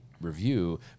review